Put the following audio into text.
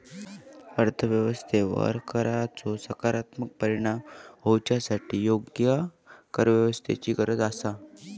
अर्थ व्यवस्थेवर कराचो सकारात्मक परिणाम होवच्यासाठी योग्य करव्यवस्थेची गरज आसा